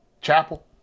chapel